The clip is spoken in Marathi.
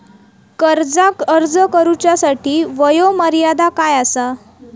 कर्जाक अर्ज करुच्यासाठी वयोमर्यादा काय आसा?